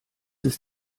ist